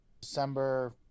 December